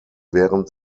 während